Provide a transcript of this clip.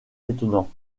étonnant